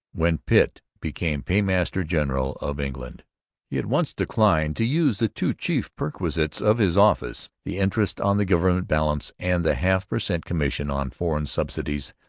when pitt became paymaster-general of england he at once declined to use the two chief perquisites of his office, the interest on the government balance and the half per cent commission on foreign subsidies,